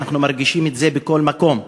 אנחנו מרגישים את זה בכל מקום,